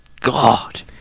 God